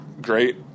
great